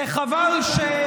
וחבל שנבחר ציבור,